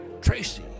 Tracy